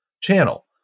channel